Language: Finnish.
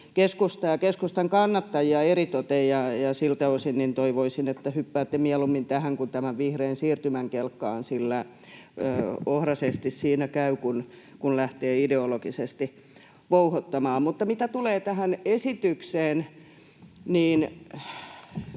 keskustan kannattajia eritoten. Siltä osin toivoisin, että hyppäätte mieluummin tähän kuin tämän vihreän siirtymän kelkkaan, sillä ohraisesti siinä käy, kun lähtee ideologisesti vouhottamaan. Mitä tulee tähän esitykseen, olemme